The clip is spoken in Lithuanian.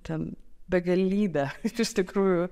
ten begalybė iš tikrųjų